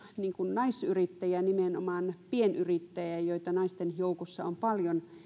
naisyrittäjiä nimenomaan pienyrittäjiä joita naisten joukossa on paljon